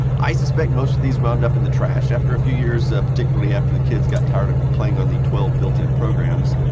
i suspect most of these wound up in the trash after a few years, ah particularly after the kids got tired of playing on the twelve built-in programs.